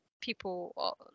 people